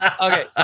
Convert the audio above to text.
okay